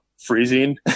freezing